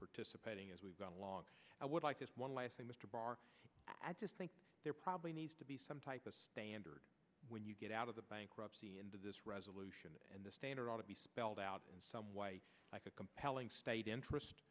participating as we've gone along i would like this one last thing mr barr i just think there probably needs to be some type of standard when you get out of the bankruptcy into this resolution and the standard ought to be spelled out in some way like a compelling state interest